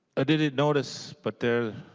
ah didn't notice but there's